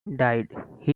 died